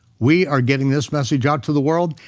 we are getting this message out to the world.